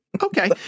Okay